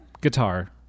Guitar